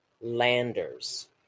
Landers